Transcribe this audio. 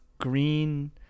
green